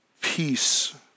Peace